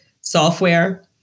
software